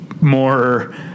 more